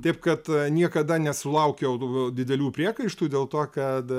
taip kad niekada nesulaukiau daugiau didelių priekaištų dėl to kad